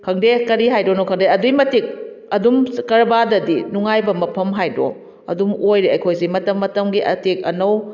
ꯈꯪꯗꯦ ꯀꯔꯤ ꯍꯥꯏꯗꯣꯏꯅꯣ ꯈꯪꯗꯦ ꯑꯗꯨꯛꯀꯤ ꯃꯇꯤꯛ ꯑꯗꯨꯝ ꯀꯔꯕꯥꯔꯗꯗꯤ ꯅꯨꯡꯉꯥꯏꯕ ꯃꯐꯝ ꯍꯥꯏꯕ꯭ꯔꯣ ꯑꯗꯨꯝ ꯑꯣꯏꯔꯦ ꯑꯩꯈꯣꯏꯁꯦ ꯃꯇꯝ ꯃꯇꯝꯒꯤ ꯑꯇꯦꯛ ꯑꯅꯧ